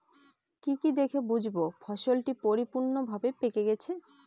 কি কি দেখে বুঝব ফসলটি পরিপূর্ণভাবে পেকে গেছে?